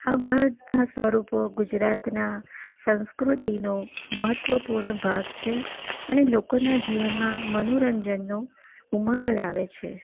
આ બધા સ્વરૂપો ગુજરાતના સંસ્કૃતિનો મહત્ત્વપૂર્ણ ભાગ છે અને લોકોના જીવનમાં મનોરંજનનો ઉમંગ લાવે છે